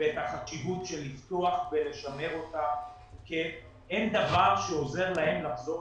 ואת החשיבות של לפתוח ולשמר אותה כי אין דבר שעוזר להם לחזור